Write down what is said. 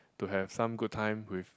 to have some good time with